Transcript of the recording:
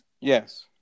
Yes